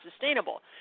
sustainable